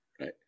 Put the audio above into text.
Right